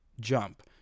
jump